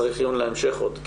להמשך כי